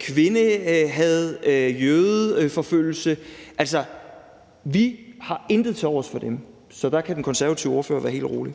kvindehad og jødeforfølgelse, og vi har intet tilovers for dem. Så der kan den konservative ordfører være helt rolig.